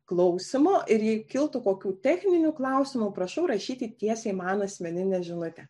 klausymo ir jei kiltų kokių techninių klausimų prašau rašyti tiesiai man asmeninę žinutę